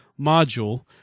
module